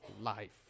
life